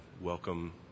welcome